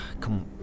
Come